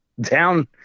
down